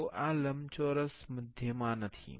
જુઓ આ લંબચોરસ મધ્યમાં નથી